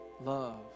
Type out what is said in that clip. Love